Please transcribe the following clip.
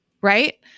right